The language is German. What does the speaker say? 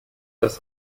das